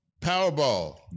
Powerball